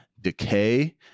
decay